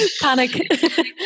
Panic